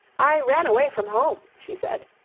i ran away from home, she said.